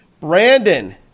Brandon